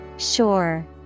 Sure